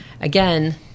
again